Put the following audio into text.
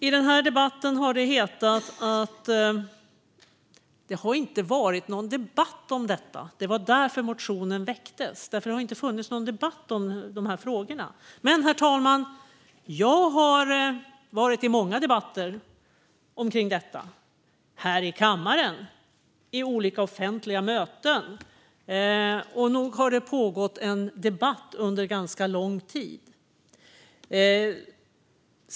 I den här debatten har det hetat att det inte har varit någon debatt om detta och att det var därför motionen väcktes. Man har sagt att det inte har funnits någon debatt om dessa frågor. Men jag själv har varit med i många debatter om detta - här i kammaren och på olika offentliga möten. Nog har det pågått en debatt under ganska lång tid?